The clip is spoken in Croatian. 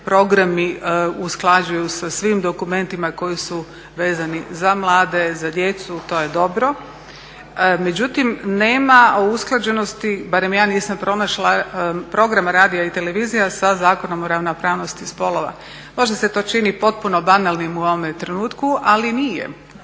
programi usklađuju sa svim dokumentima koji su vezani za mlade, za djecu, to je dobro. Međutim nema o usklađenosti, barem ja nisam pronašla program radija i televizije sa Zakonom o ravnopravnosti spolova. Možda se to čini potpuno banalnim u ovome trenutku, ali nije.